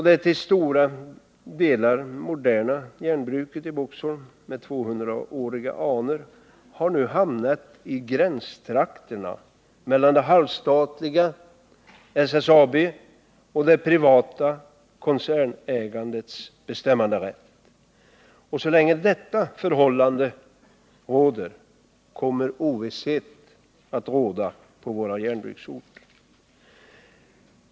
Det till stora delar moderna järnbruket i Boxholm med 200-åriga anor har nu hamnat i gränstrakterna mellan det halvstatliga SSAB och det privata koncernägandets bestämmanderätt. Så länge detta förhållande råder kommer det att finnas ovisshet på våra järnbruksorter.